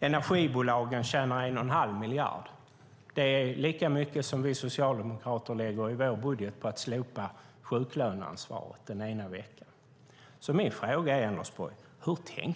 Energibolagen tjänar 1 1⁄2 miljard. Det är lika mycket som vi socialdemokrater lägger i vår budget på att slopa sjuklöneansvaret den ena veckan. Hur tänkte ni, Anders Borg?